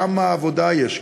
כמה עבודה יש כאן,